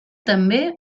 també